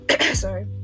sorry